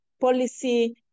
policy